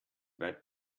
weit